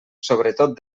sobretot